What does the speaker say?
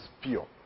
pure